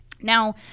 Now